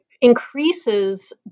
increases